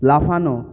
লাফানো